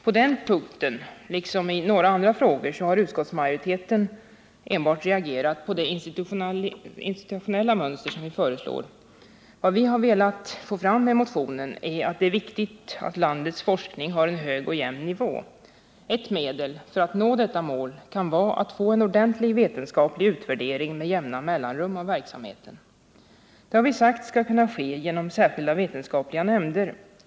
På den punkten, liksom i några andra frågor, har utskottsmajoriteten enbart reagerat på det institutionella mönster som vi föreslår. Vad vi har velat få fram i motionen är att det är viktigt att landets forskning har en hög och jämn nivå. Ett medel för att nå detta mål kan vara att få en ordentlig vetenskaplig utvärdering av verksamheten med jämna mellanrum. Detta har vi sagt skall kunna ske genom särskilda vetenskapliga nämnder.